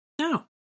No